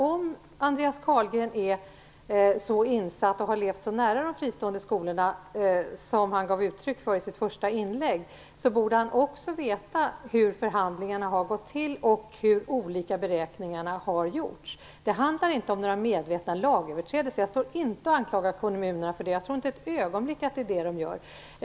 Om Andreas Carlgren är så insatt och har levt så nära de fristående skolorna som han i sitt första inlägg gav uttryck för borde han också veta hur förhandlingarna har gått till och hur olika beräkningarna har gjorts. Det handlar inte om några medvetna lagöverträdelser. Jag anklagar inte kommunerna för det. Jag tror inte ett ögonblick att det är det de gör.